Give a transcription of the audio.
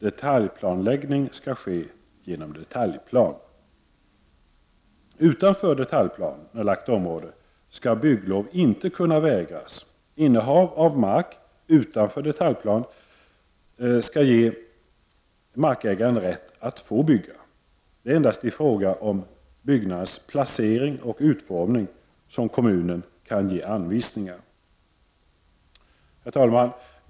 Detaljplaneläggning skall ske genom detaljplan. Utanför detaljplanelagt område skall bygglov inte kunna vägras. Innehav av mark utanför detaljplan skall ge markägaren rätten att bygga. Det är endast i fråga om byggnadens placering och utformning som kommunen kan ge anvisningar. Herr talman!